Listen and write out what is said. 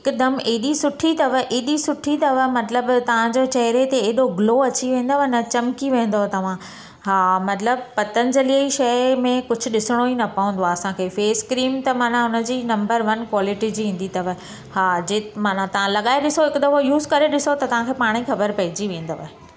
हिकदमु अहिड़ी सुठी अथव एॾी सुठी अथव मतिलबु तव्हांजे चहिरे ते एॾो ग्लो अची वेंदव न चमकी वेंदो तव्हां हा मतिलबु पतंजली जी शइ में कुझु ॾिसणो ई न पवंदो आहे असांखे फेसक्रीम त माना उन जी नंबर वन क्वालिटी जी ईंदी अथव हा जे माना तां लॻाए ॾिसो हिकु दफ़ो यूस करे ॾिसो त तव्हांखे पाण खे ख़बर पइजी वेंदव